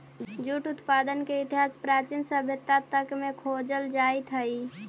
jute उत्पादन के इतिहास प्राचीन सभ्यता तक में खोजल जाइत हई